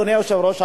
אדוני היושב-ראש,